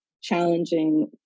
challenging